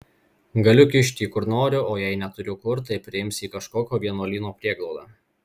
galiu kišt jį kur noriu o jei neturiu kur tai priims į kažkokio vienuolyno prieglaudą